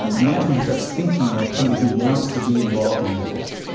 and that's when he starts thinking like somebody who wants to be involved in ethics.